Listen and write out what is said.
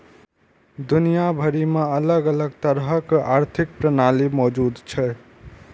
दुनिया भरि मे अलग अलग तरहक आर्थिक प्रणाली मौजूद छै